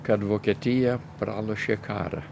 kad vokietija pralošė karą